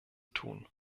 tun